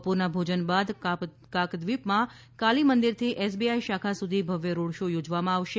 બપોરના ભોજન બાદ કાકદ્વીપમાં કાળી મંદિર થી એસબીઆઈ શાખા સુધી ભવ્ય રોડ શો યોજવામાં આવશે